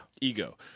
ego